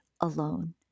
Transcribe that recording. alone